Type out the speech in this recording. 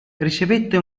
ricevette